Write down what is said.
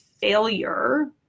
failure